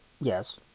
Yes